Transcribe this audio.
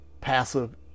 Passive